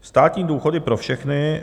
Státní důchody pro všechny.